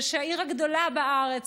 ושהעיר הגדולה בארץ,